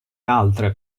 altre